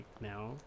now